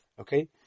Okay